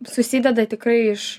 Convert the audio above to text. susideda tikrai iš